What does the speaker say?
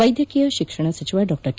ವೈದ್ಯಕೀಯ ಶಿಕ್ಷಣ ಸಚಿವ ಡಾ ಕೆ